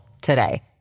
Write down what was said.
today